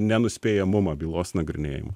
nenuspėjamumą bylos nagrinėjimo